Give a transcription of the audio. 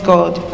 God